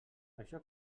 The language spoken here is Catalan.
això